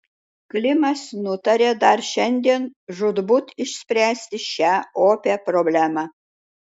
klimas nutarė dar šiandien žūtbūt išspręsti šią opią problemą